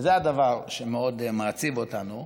וזה הדבר שמאוד מעציב אותנו.